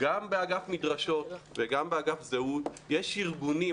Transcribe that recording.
גם באגף מדרשות וגם באגף זהות יש ארגונים,